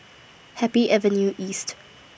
Happy Avenue East